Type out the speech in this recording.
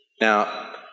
Now